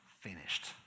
finished